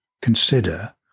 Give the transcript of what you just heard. consider